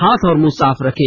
हाथ और मुंह साफ रखें